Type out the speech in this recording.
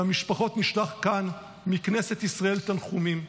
למשפחות נשלח מכאן, מכנסת ישראל, תנחומים.